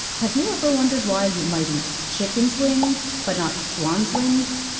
have you ever wondered why you might eat chicken's wings, but not swan's wings?